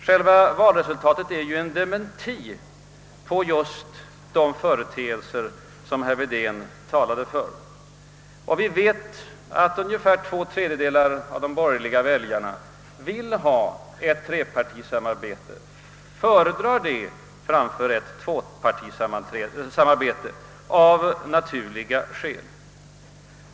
Själva valresultatet är en dementi av just de företeelser som herr Wedén talade om. Ungefär två tredjedelar av de borgerliga väljarna vill ha ett trepartisamarbete och föredrar det framför ett tvåpartisamarbete, och det gör de av naturliga skäl.